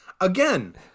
Again